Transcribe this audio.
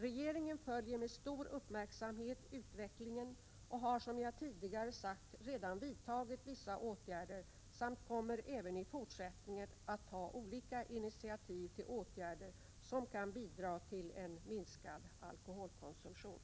Regeringen följer med stor uppmärksamhet utvecklingen och har, som jag tidigare sagt, redan vidtagit vissa åtgärder samt kommer även i fortsättningen att ta olika initiativ till åtgärder som kan bidra till en minskad alkoholkonsumtion.